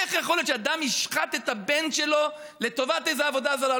איך יכול להיות שאדם ישחט את הבן שלו לטובת איזו עבודה זרה.